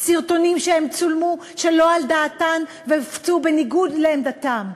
סרטונים שבהם הן צולמו שלא על דעתן והופצו בניגוד לעמדתן.